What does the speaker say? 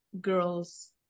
girls